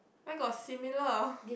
where got similar